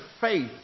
faith